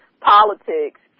politics